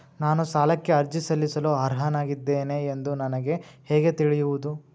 ನಾನು ಸಾಲಕ್ಕೆ ಅರ್ಜಿ ಸಲ್ಲಿಸಲು ಅರ್ಹನಾಗಿದ್ದೇನೆ ಎಂದು ನನಗೆ ಹೇಗೆ ತಿಳಿಯುವುದು?